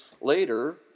later